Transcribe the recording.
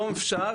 היום אפשר,